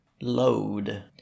load